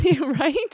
right